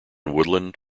woodland